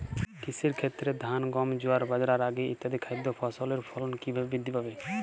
কৃষির ক্ষেত্রে ধান গম জোয়ার বাজরা রাগি ইত্যাদি খাদ্য ফসলের ফলন কীভাবে বৃদ্ধি পাবে?